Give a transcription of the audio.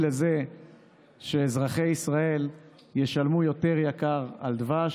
לזה שאזרחי ישראל ישלמו יותר על הדבש,